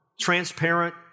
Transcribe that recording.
transparent